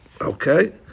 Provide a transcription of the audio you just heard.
Okay